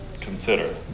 consider